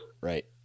Right